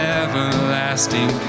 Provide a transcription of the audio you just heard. everlasting